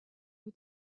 who